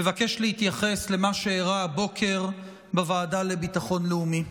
מבקש להתייחס למה שאירע הבוקר בוועדה לביטחון לאומי.